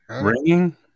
Ringing